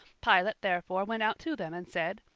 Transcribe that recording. pilate therefore went out to them, and said,